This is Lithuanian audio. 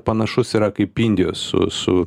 panašus yra kaip indijos su su